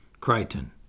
Crichton